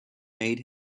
made